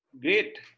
great